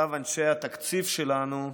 עכשיו אנשי התקציב שלנו.